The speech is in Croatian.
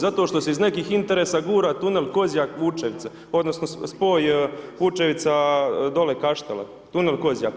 Zato što se iz nekih interesa gura tunel Kozjak Vučevce, odnosno, spoj Vučevica dole Kaštela, tunel Kozjak.